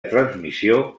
transmissió